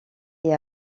est